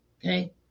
okay